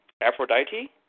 Aphrodite